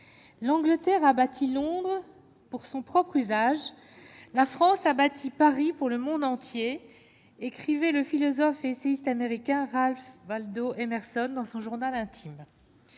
L'Angleterre a bâti longue pour son propre usage, la France a bâti Paris pour le monde entier, écrivait le philosophe, essayiste américain Ralph Waldo Emerson dans son journal intime,